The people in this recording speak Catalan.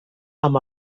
amb